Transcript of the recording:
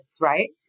right